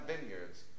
vineyards